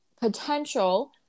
potential